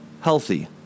healthy